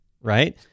right